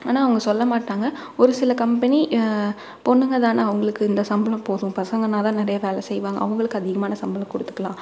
ஆனால் அவங்க சொல்ல மாட்டாங்க ஒரு சில கம்பெனி பொண்ணுங்க தானே அவங்களுக்கு இந்த சம்பளம் போதும் பசங்கனா தான் நிறையா வேலை செய்வாங்க அவங்களுக்கு அதிகமான சம்பளம் கொடுத்துக்கலாம்